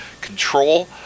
control